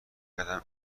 کردم